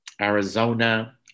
Arizona